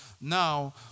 Now